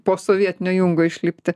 posovietinio jungo išlipti